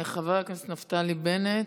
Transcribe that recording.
חבר הכנסת נפתלי בנט,